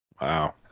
Wow